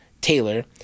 Taylor